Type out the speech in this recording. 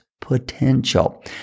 potential